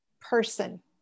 person